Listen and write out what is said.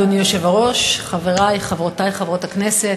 אדוני היושב-ראש, חברי, חברותי חברות הכנסת,